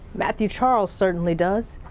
matthew charles certainly does.